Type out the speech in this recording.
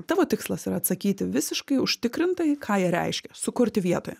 tavo tikslas yra atsakyti visiškai užtikrintai ką jie reiškia sukurti vietoje